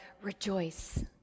Rejoice